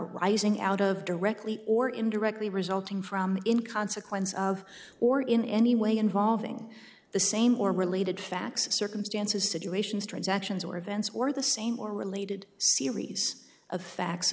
rising out of directly or indirectly resulting from in consequence of or in any way involving the same or related facts circumstances situations transactions or events or the same or related series of facts o